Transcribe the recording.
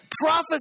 Prophesy